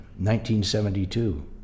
1972